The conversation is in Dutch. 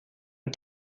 een